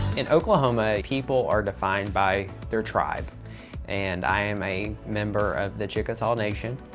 in oklahoma, people are defined by their tribe and i am a member of the chickasaw nation,